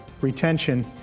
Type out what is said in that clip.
retention